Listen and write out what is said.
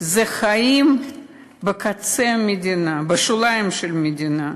זה חיים בקצה המדינה, בשוליים של המדינה.